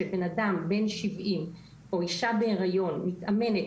שבן אדם בן 70 או אישה בהיריון מתאמנת